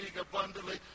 abundantly